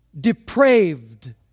depraved